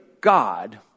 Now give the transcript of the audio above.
God